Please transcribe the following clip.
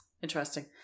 Interesting